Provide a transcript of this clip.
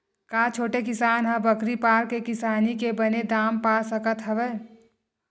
का छोटे किसान ह बकरी पाल के किसानी के बने दाम पा सकत हवय?